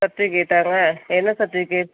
சர்டிஃபிக்கேட்டாங்க என்ன சர்டிஃபிகேட்